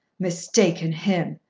mistaken him!